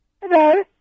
Hello